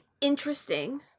interesting